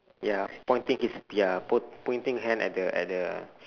ya pointing with their po~ pointing hand at the at the